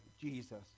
Jesus